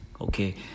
Okay